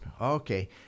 okay